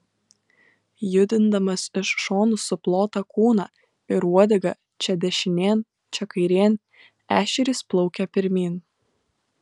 judindamas iš šonų suplotą kūną ir uodegą čia dešinėn čia kairėn ešerys plaukia pirmyn